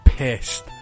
pissed